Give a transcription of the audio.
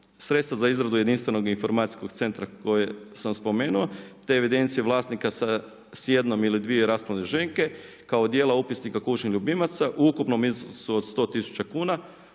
Sredstva za izradu jedinstvenog informacijskog centra kojeg sam spomenuo, te evidencije vlasnika s jednom ili dvije rasplodne ženke kao dijela upisnika kućnih ljubimaca u ukupnom iznosu od 100 tisuća